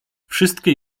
wszystkie